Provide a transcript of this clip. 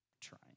trying